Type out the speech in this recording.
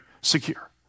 secure